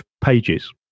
pages